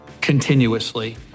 continuously